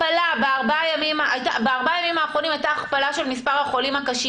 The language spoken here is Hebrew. בארבעת הימים האחרונים הייתה הכפלה של מספר החולים הקשים.